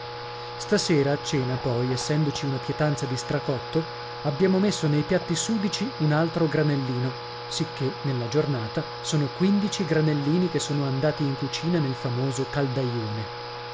stasera a cena poi essendoci una pietanza di stracotto abbiamo messo nei piatti sudici un altro granellino sicché nella giornata sono quindici granellini che sono andati in cucina nel famoso